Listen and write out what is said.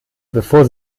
bevor